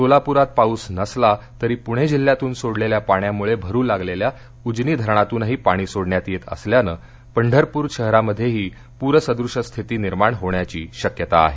सोलापुरात पाऊस नसला तरी पुणे जिल्ह्यातून सोडलेल्या पाण्यामुळे भरू लागलेल्या उजनी धरणातूनही पाणी सोडण्यात येत असल्यानं पंढरपूर शहरामध्येही पूरसदृश स्थिती निर्माण होण्याची शक्यता आहे